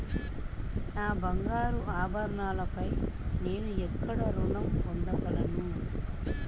నా బంగారు ఆభరణాలపై నేను ఎక్కడ రుణం పొందగలను?